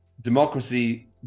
democracy